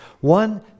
One